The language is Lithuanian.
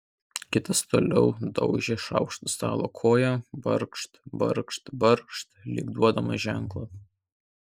kitas toliau daužė šaukštu stalo koją barkšt barkšt barkšt lyg duodamas ženklą